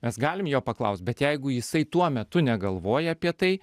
mes galim jo paklaust bet jeigu jisai tuo metu negalvoja apie tai